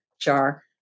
jar